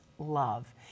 Love